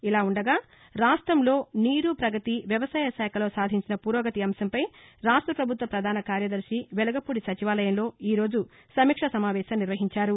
ఇలా ఉండగా రాష్ట్రంలో నీరు పగతి వ్యవసాయ శాఖలో సాధించిన పురోగతి అంశంపై రాష్ట ప్రభుత్వ ప్రధాన కార్యదర్శి వెలగపూడి సచివాలయంలో ఈ రోజు సమీక్ష సమావేశం నిర్వహించారు